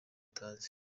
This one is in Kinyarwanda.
atazi